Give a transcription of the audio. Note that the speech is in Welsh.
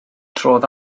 trodd